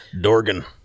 Dorgan